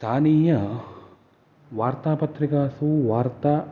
स्थानीयवार्तापत्रिकासु वार्ता